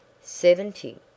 Seventy